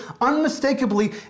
unmistakably